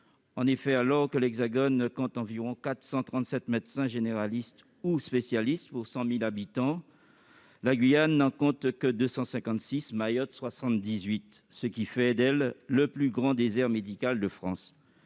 Mayotte. Alors que l'Hexagone compte environ 437 médecins généralistes ou spécialistes pour 100 000 habitants, la Guyane n'en compte que 256 et Mayotte 78, ce qui en fait le plus grand désert médical de France.